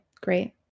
great